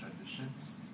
traditions